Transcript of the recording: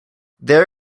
there